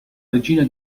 regina